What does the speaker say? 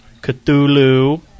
Cthulhu